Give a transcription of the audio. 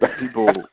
people